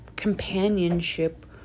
companionship